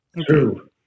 True